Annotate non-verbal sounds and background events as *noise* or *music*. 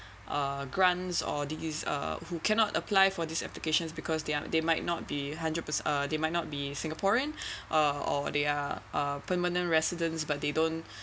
uh grants or these uh who cannot apply for these applications because they are they might not be hundred per~ uh they might not be singaporean *breath* uh or they're uh permanent residents but they don't